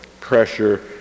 pressure